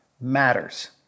matters